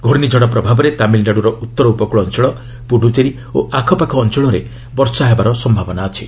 ଘୁର୍ଷିଝଡ଼ ପ୍ରଭାବରେ ତାମିଲନାଡୁର ଉତ୍ତର ଉପକୃଳ ଅଞ୍ଚଳ ପ୍ରଡ୍ରଚେରୀ ଓ ଆକପାଖ ଅଞ୍ଚଳରେ ବର୍ଷା ହେବାର ସମ୍ଭାବନା ଅଛି